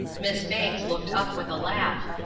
miss banks looked up with a laugh.